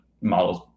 models